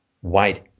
white